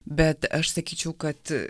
bet aš sakyčiau kad